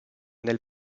nel